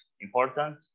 important